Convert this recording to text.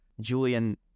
Julian